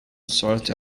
sort